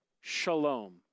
shalom